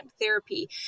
therapy